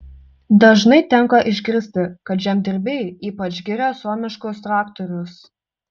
dažnai tenka išgirsti kad žemdirbiai ypač giria suomiškus traktorius